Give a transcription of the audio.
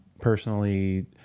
personally